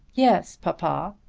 yes, papa.